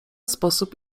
sposób